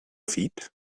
feet